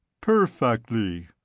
Perfectly